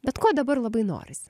bet ko dabar labai norisi